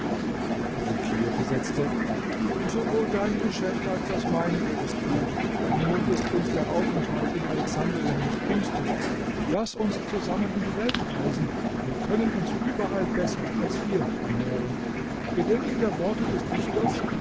abukir versetzte sowohl dein geschäft als das meinige ist gut nur ist uns der aufenthalt in alexandrien nicht günstig laß uns zusammen in die welt reisen wir können uns überall besser als hier ernähren gedenke der worte des dichters